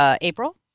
April